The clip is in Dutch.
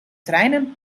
treinen